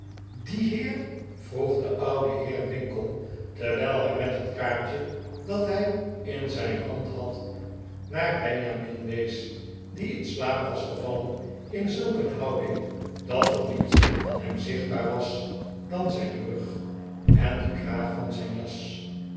die heer vroeg de oude heer winkle terwijl hij met het kaartje dat hij in zijn hand had naar benjamin wees die in slaap was gevallen in zulk een houding dat er niets van hem zichtbaar was dan zijn rug en de kraag van zijn jas